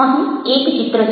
અહીં એક ચિત્ર છે